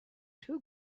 two